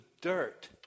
dirt